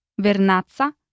Vernazza